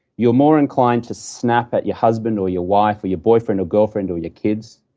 you're more inclined to snap at your husband or your wife or your boyfriend or girlfriend, or your kids,